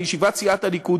בישיבת סיעת הליכוד,